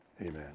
Amen